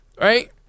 Right